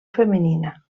femenina